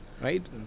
right